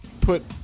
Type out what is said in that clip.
put